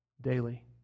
daily